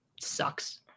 sucks